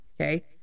okay